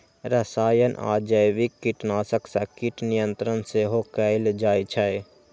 रसायन आ जैविक कीटनाशक सं कीट नियंत्रण सेहो कैल जाइ छै